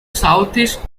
southeast